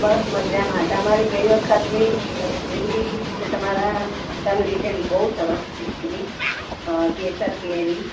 બસ મજામાં તમારી ગઈ વખતની કેરી અમે તમારા ત્યાંથી લીધેલી બહુ સરસ નીકળી કેસર કેરી